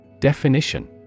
Definition